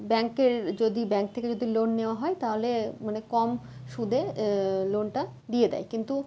ব্যাংকের যদি ব্যাঙ্ক থেকে যদি লোন নেওয়া হয় তাহলে মানে কম সুদে লোনটা দিয়ে দেয় কিন্তু